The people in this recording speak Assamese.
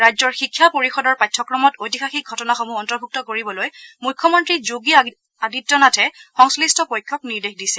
ৰাজ্যৰ শিক্ষা পৰিষদৰ পাঠ্যক্ৰমত ঐতিহাসিক ঘটনাসমূহ অন্তৰ্ভুক্ত কৰিবলৈ মুখ্যমন্ত্ৰী যোগী আদিত্যনাথে সংশ্লিষ্ট পক্ষক নিৰ্দেশ দিছে